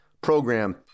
program